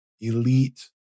elite